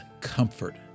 comfort